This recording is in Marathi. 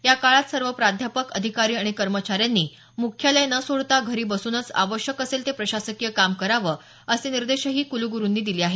या काळात सर्व प्राध्यापक अधिकारी आणि कर्मचारी यांनी मुख्यालय न सोडता घरी बसूनच आवश्यक असेल ते प्रशासकीय काम करावं असे निर्देशही क्लग्रूंनी दिले आहेत